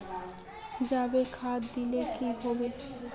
जाबे खाद दिले की होबे?